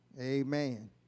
Amen